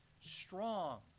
strong